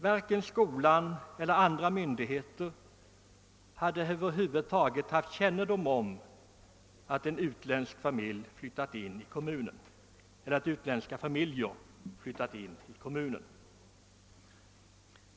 Varken skolan eller andra myndigheter hade över huvud taget haft kännedom om att utländska familjer hade flyttat in i kommunen.